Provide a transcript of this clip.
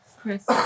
Chris